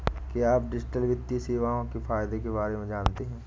क्या आप डिजिटल वित्तीय सेवाओं के फायदों के बारे में जानते हैं?